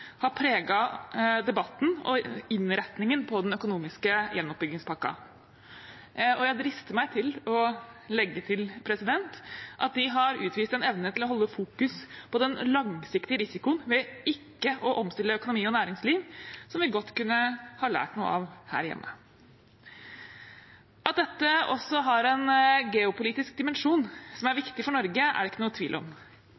har preget debatten og innretningen på den økonomiske gjenoppbyggingspakken. Jeg drister meg til å legge til at de har utvist en evne til å holde fokus på den langsiktige risikoen ved ikke å omstille økonomi og næringsliv, som vi godt kunne ha lært noe av her hjemme. At dette også har en geopolitisk dimensjon som er